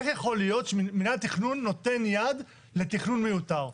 איך יכול להיות שמנהל התכנון נותן יד לתכנון מיותר?